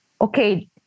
Okay